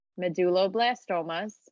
medulloblastomas